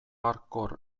hardcore